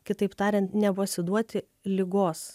kitaip tariant nepasiduoti ligos